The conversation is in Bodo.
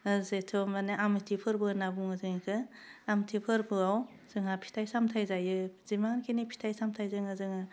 ओह जेथोआव मानि आमथि फोरबो होनना बुङो जों इखौ आमथि फोरबोआव जोंहा फिथाइ सामथाइ जायो जिमानखिनि फिथाइ सामथाइ दङ जोङो